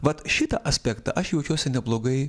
vat šitą aspektą aš jaučiuosi neblogai